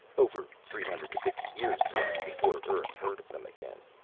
over three hundred and fifty years passed before earth heard of them again.